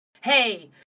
Hey